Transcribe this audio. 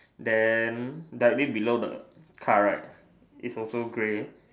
then directly below the car right it's also grey